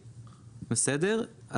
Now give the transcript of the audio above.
בסדר?